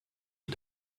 die